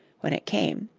when it came,